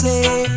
say